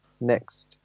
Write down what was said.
next